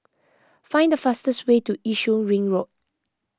find the fastest way to Yishun Ring Road